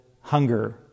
hunger